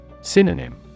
Synonym